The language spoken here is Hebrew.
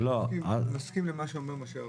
אני מסכים למה שאומר משה ארבל.